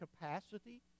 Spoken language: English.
capacity